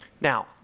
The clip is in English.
Now